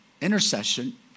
intercession